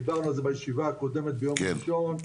דיברנו על זה בישיבה הקודמת ביום ראשון,